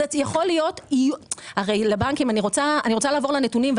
אני רוצה לעבור לנתונים.